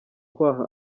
kwaha